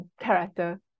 character